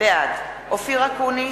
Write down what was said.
בעד אופיר אקוניס,